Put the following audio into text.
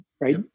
right